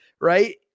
right